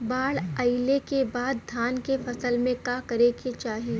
बाढ़ आइले के बाद धान के फसल में का करे के चाही?